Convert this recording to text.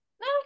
no